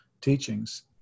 teachings